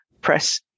press